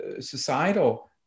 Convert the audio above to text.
societal